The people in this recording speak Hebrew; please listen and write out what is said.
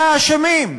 הנה האשמים,